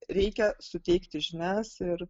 reikia suteikti žinias ir